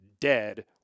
dead